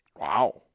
Wow